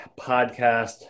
Podcast